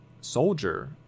soldier